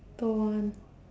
don't want